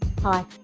Hi